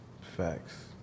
Facts